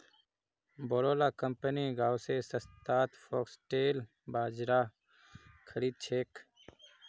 बोरो ला कंपनि गांव स सस्तात फॉक्सटेल बाजरा खरीद छेक